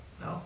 No